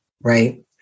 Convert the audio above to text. right